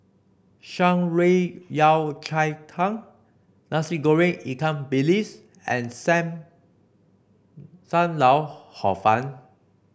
Shan Rui Yao Cai Tang Nasi Goreng Ikan Bilis and sam Sam Lau Hor Fun